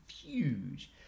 huge